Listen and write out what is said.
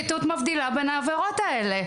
תשאל איך הפרקליטות מבדילה בין העבירות האלה.